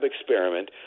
experiment